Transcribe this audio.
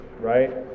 right